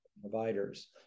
providers